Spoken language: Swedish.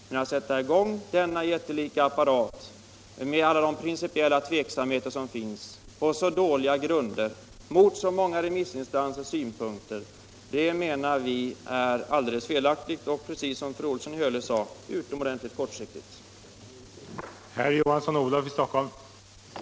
Men att sätta i gång en jättelik apparat 10 december 1975 med alla de principiella tveksamheter som finns på så dåliga grunder och mot vad som anförts av så många remissinstanser anser vi vara — Förvärv av alldeles felaktigt och, precis som fru Olsson i Hölö sade, utomordentligt — hyresfastighet, kortsiktigt.